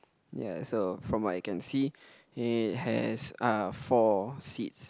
ya so from what I can see it has uh four seats